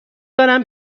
دارم